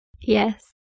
Yes